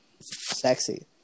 Sexy